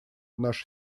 наша